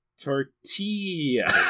Tortilla